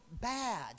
bad